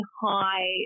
high